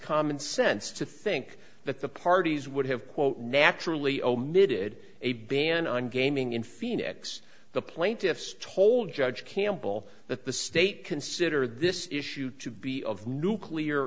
common sense to think that the parties would have quote naturally omitted a ban on gaming in phoenix the plaintiffs told judge campbell that the state consider this issue to be of nuclear